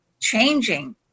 changing